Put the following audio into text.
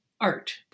art